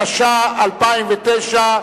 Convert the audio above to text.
התש"ע 2009,